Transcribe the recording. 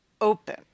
open